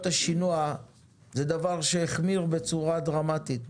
השינוע זה דבר שהחמיר בצורה דרמטית.